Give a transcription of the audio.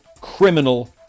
criminal